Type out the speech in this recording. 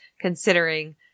considering